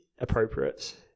appropriate